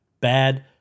bad